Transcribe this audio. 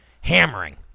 hammering